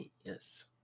Yes